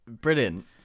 brilliant